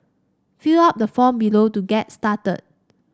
fill out the form below to get started